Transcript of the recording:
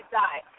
die